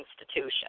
institution